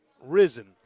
Risen